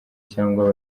cyangwa